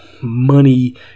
money